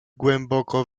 głęboko